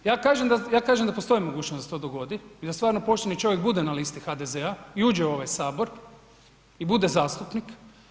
Ja kažem da postoji mogućnost da se to dogodi i da stvarno pošteni čovjek bude na listi HDZ-a i uđe u ovaj Sabor i bude zastupnik.